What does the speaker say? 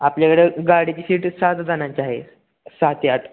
आपल्याकडं गाडीची सीट सातजणांची आहे सहा ते आठ